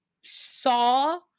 saw